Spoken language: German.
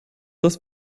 das